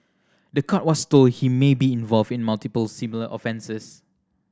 the court was told he may be involved in multiple similar offences